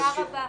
תודה רבה.